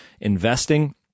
investing